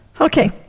Okay